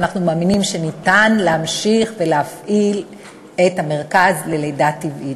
ואנחנו מאמינים שניתן להמשיך ולהפעיל את המרכז ללידה טבעית.